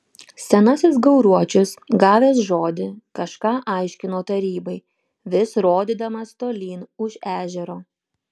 senasis gauruočius gavęs žodį kažką aiškino tarybai vis rodydamas tolyn už ežero